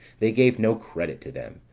they gave no credit to them,